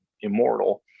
immortal